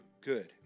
good